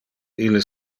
illes